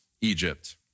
Egypt